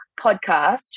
podcast